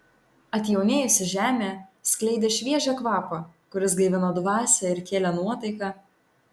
atjaunėjusi žemė skleidė šviežią kvapą kuris gaivino dvasią ir kėlė nuotaiką